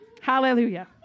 hallelujah